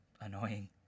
annoying